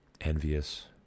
envious